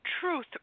truth